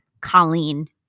Colleen